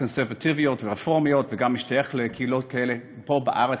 הקונסרבטיביות והרפורמיות וגם משתייך לקהילות כאלה פה בארץ,